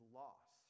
loss